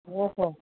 ओ हो